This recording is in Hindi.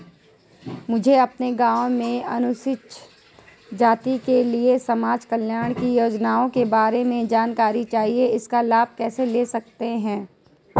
मुझे अपने गाँव में अनुसूचित जाति के लिए समाज कल्याण की योजनाओं के बारे में जानकारी चाहिए इसका लाभ कैसे ले सकते हैं?